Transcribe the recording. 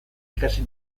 ikasi